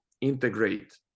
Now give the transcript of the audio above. integrate